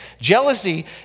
Jealousy